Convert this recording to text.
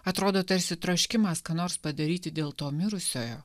atrodo tarsi troškimas ką nors padaryti dėl to mirusiojo